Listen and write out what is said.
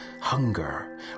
Hunger